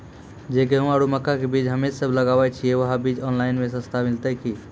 जे गेहूँ आरु मक्का के बीज हमे सब लगावे छिये वहा बीज ऑनलाइन मे सस्ता मिलते की?